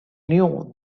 knew